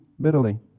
bitterly